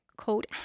called